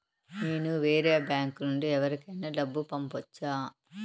నేను వేరే బ్యాంకు నుండి ఎవరికైనా డబ్బు పంపొచ్చా?